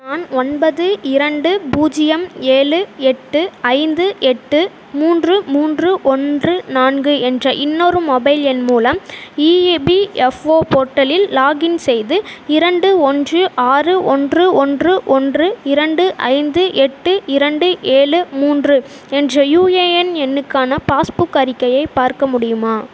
நான் ஒன்பது இரண்டு பூஜ்ஜியம் ஏழு எட்டு ஐந்து எட்டு மூன்று மூன்று ஒன்று நான்கு என்ற இன்னொரு மொபைல் எண் மூலம் இஏபிஎஃப்ஓ போர்ட்டலில் லாக்இன் செய்து இரண்டு ஒன்று ஆறு ஒன்று ஒன்று ஒன்று இரண்டு ஐந்து எட்டு இரண்டு ஏழு மூன்று என்ற யுஏஎன் எண்ணுக்கான பாஸ்புக் அறிக்கையை பார்க்க முடியுமா